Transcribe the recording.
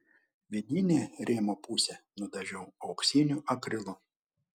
vidinę rėmo pusę nudažiau auksiniu akrilu